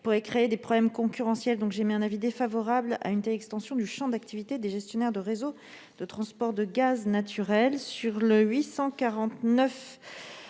pourrait créer des problèmes concurrentiels. Je suis donc défavorable à une telle extension du champ d'activité des gestionnaires de réseaux de transport de gaz naturel. Les